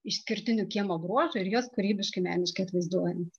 išskirtinių kiemo bruožų ir juos kūrybiškai meniškai atvaizduojant